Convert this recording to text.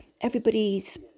everybody's